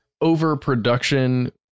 overproduction